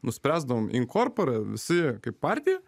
nuspręsdavome in korpore visi kaip partija